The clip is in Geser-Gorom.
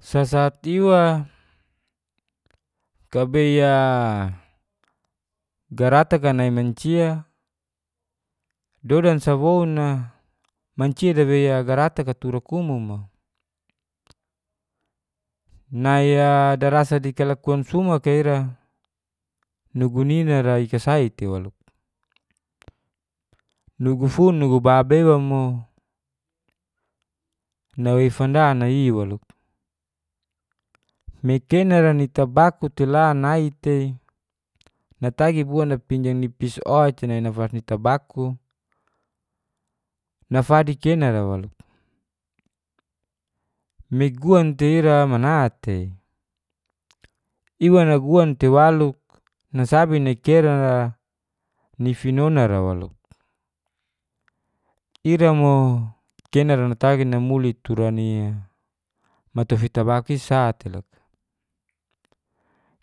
Sasat iwa kabei a garatak a nai mancia dodan sa woun a mancia dawei garatak a tura kumu mo. nai a darasa di kalakuan sumak a ira nugu nini a kasai tei waluk nugufun nugu baba iwa mo nawei fanda nai i waluk. me kena ra ni tabaku tela nai tei na tagi bua na pinjam nipis o ca na fas ni tabaku nafadik kena ra waluk me guan tei ira mana tei iwa na guan tei waluk nasabi nai kena ra nifinona ra waluk ira mo kena ra natagi namuli tura ni a matofi tabaku i sa te loka.